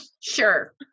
Sure